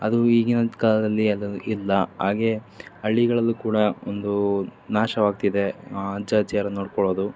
ಅದು ಈಗಿನ ಕಾಲದಲ್ಲಿ ಅದು ಇಲ್ಲ ಹಾಗೇ ಹಳ್ಳಿಗಳಲ್ಲೂ ಕೂಡ ಒಂದು ನಾಶವಾಗ್ತಿದೆ ಅಜ್ಜ ಅಜ್ಜಿಯರನ್ನು ನೋಡ್ಕೊಳ್ಳೋದು